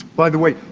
by the way,